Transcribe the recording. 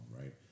right